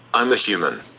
i'm a human.